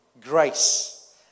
grace